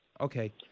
Okay